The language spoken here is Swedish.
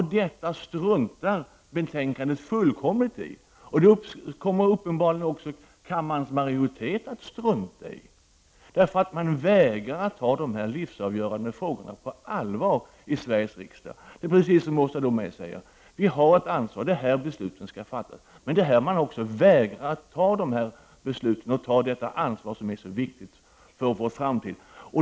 I detta struntar man fullständigt i betänkandet, och uppenbarligen kommer också kammarens majoritet att strunta i detta. Man vägrar i Sveriges riksdag att ta de här livsavgörande frågorna på allvar. Det är precis som Åsa Domeij säger. Vi har ett ansvar, för det är här besluten skall fattas, men här vägrar man att fatta de nödvändiga besluten och ta det ansvar som är så viktigt för vår framtid.